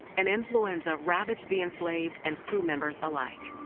and influenza ravaged the enslaved and crew members alike.